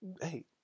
Hey